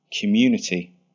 community